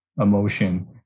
emotion